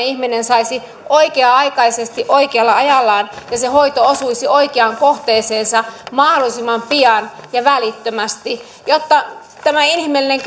ihminen saisi hoitoa oikea aikaisesti oikealla ajallaan ja se hoito osuisi oikeaan kohteeseensa mahdollisimman pian ja välittömästi jotta tämä inhimillinen